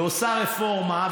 ועושה רפורמה,